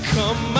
Come